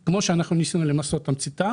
מזיק,